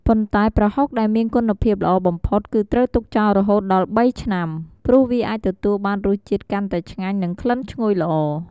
ប៉ុន្តែប្រហុកដែលមានគុណភាពល្អបំផុត គឺត្រូវទុកចោលរហូតដល់ ៣ ឆ្នាំ ព្រោះវាអាចទទួលបានរសជាតិកាន់តែឆ្ងាញ់និងក្លិនឈ្ងុយល្អ។